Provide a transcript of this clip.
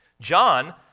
John